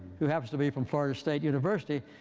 who happens to be from florida state university,